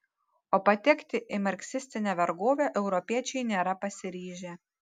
o patekti į marksistinę vergovę europiečiai nėra pasiryžę